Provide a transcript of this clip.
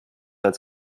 als